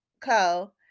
Co